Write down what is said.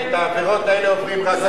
את העבירות האלה עוברים רק ערבים.